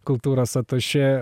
kultūros atašė